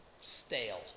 stale